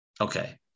Okay